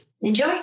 enjoy